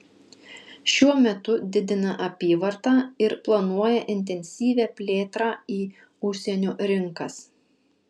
šiuo metu didina apyvartą ir planuoja intensyvią plėtrą į užsienio rinkas